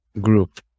group